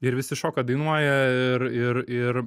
ir visi šoka dainuoja ir ir ir